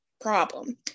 Problem